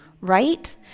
right